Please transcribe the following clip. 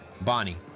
Bonnie